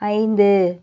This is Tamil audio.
ஐந்து